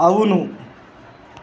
అవును